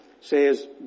says